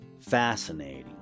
fascinating